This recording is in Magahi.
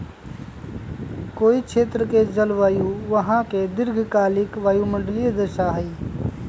कोई क्षेत्र के जलवायु वहां के दीर्घकालिक वायुमंडलीय दशा हई